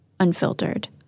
unfiltered